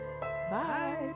Bye